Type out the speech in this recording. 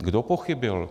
Kdo pochybil?